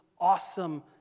awesome